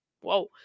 whoa